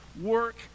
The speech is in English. work